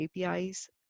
APIs